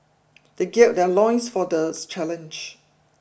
they gird their loins for these challenge